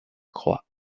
croix